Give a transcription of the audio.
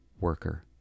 worker